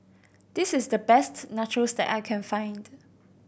this is the best Nachos that I can find